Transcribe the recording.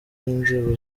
n’inzego